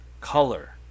color